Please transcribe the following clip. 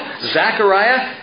Zechariah